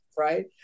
right